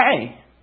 hey